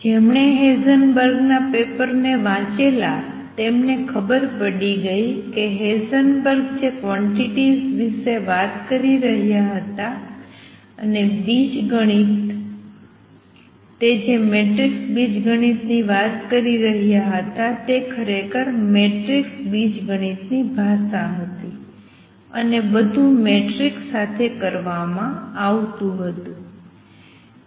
જેમણે હેઇઝનબર્ગના પેપર ને વાંચેલા તેમને ખબર પડી ગઈ કે હેઝનબર્ગ જે ક્વોંટીટીઝ વિશે વાત કરી રહ્યા હતા અને બીજગણિત તે જે મેટ્રિક્સ બીજગણિતની વાત કરી રહ્યા હતા તે ખરેખર મેટ્રિક્સ બીજગણિતની ભાષા હતી અને બધું મેટ્રિક્સ સાથે કરવામાં આવતું હતું